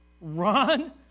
run